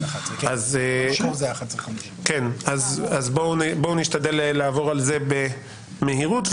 אז בואו נשתדל לעבור על זה במהירות,